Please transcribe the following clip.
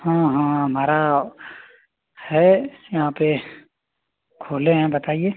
हाँ हाँ हमारा है यहाँ पे खोले हैं बताइए